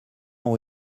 ont